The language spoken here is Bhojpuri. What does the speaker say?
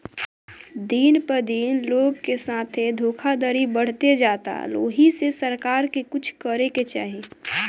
दिन प दिन लोग के साथे धोखधड़ी बढ़ते जाता ओहि से सरकार के कुछ करे के चाही